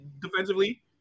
defensively